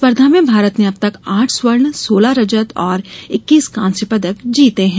स्पर्धा में भारत ने अब तक आठ स्वर्ण सोलह रजत और इक्कीस कांस्य पदक जीते हैं